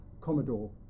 Commodore